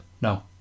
no